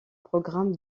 programme